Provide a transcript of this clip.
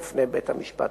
לביקורת מצד שופטת בית-המשפט